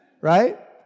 right